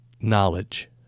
knowledge